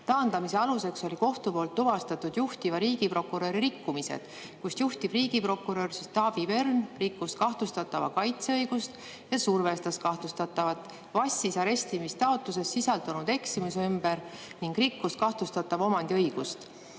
Taandamise aluseks olid kohtu poolt tuvastatud juhtiva riigiprokuröri rikkumised. Juhtiv riigiprokurör Taavi Pern rikkus kahtlustatava kaitseõigust ja survestas kahtlustatavat, vassis arestimistaotluses sisaldunud eksimuse ümber ning rikkus kahtlustatava omandiõigust.